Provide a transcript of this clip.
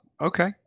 Okay